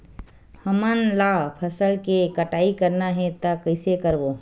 हमन ला फसल के कटाई करना हे त कइसे करबो?